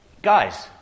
Guys